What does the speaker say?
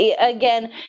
again